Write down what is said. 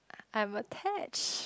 I'm attached